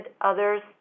others